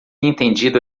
entendido